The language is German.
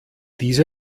diese